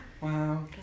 Wow